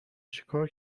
چیکار